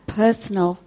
personal